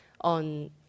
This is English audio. on